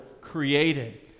created